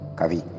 kavi